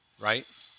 Right